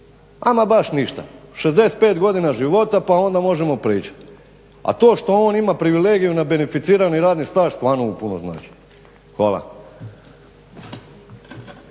ama baš ništa. 65 godina života pa onda možemo pričat, a to što on ima privilegiju na beneficirani radni staž stvarno mu puno znači. Hvala.